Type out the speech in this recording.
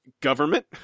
government